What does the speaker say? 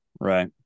Right